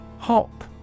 Hop